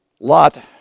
Lot